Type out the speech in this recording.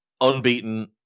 Unbeaten